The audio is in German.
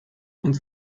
und